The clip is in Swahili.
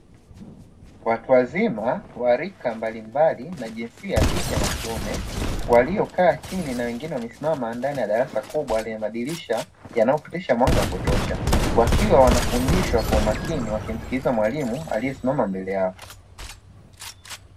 Watu wazima wa rika mbalimbali na jinsia ya kike na kiume waliokaa chini na wengine wamesimama ndani ya darasa kubwa lenye madirisha yanayopitisha mwanga wa kutosha. Wakiwa wanafundishwa kwa umakini wakimsikiliza mwalimu aliyesimama mbele yao.